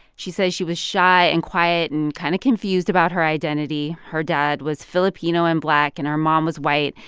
she says she was shy and quiet and kind of confused about her identity. her dad was filipino and black, and her mom was white,